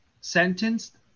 sentenced